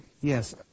Yes